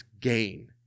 gain